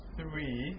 three